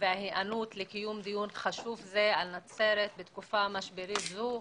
וההיענות לקיום דיון חשוב זה על נצרת בתקופה משברית זו.